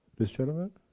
this gentleman,